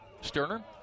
Sterner